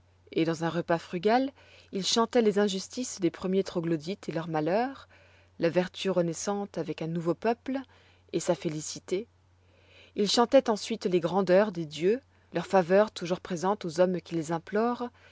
et dans un repas frugal ils chantoient les injustices des premiers troglodytes et leurs malheurs la vertu renaissante avec un nouveau peuple et sa félicité ils chantoient ensuite les grandeurs des dieux leurs faveurs toujours présentes aux hommes qui les implorent